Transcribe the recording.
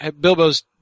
Bilbo's